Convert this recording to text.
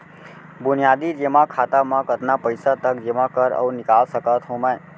बुनियादी जेमा खाता म कतना पइसा तक जेमा कर अऊ निकाल सकत हो मैं?